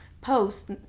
post